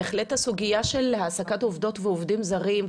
בהחלט הסוגיה של העסקת עובדות ועובדים זרים,